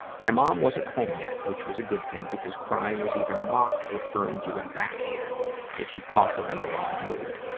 my mom wasn't home yet, which was a good think, because crying was either mocked or earned you a back hand if you caught her in the wrong mood.